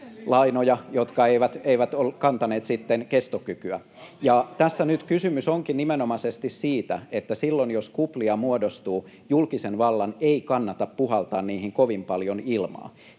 lainoja, jotka eivät kantaneet sitten kestokykyä. Tässä nyt kysymys onkin nimenomaisesti siitä, että silloin jos kuplia muodostuu, julkisen vallan ei kannata puhaltaa niihin kovin paljon ilmaa.